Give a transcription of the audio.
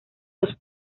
los